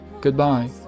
Goodbye